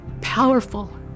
powerful